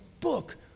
book